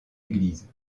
église